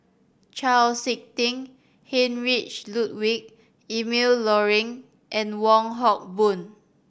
Chau Sik Ting Heinrich Ludwig Emil Luering and Wong Hock Boon